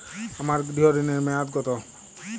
আমার গৃহ ঋণের মেয়াদ কত?